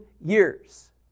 years